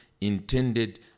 intended